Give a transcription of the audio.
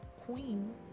Queen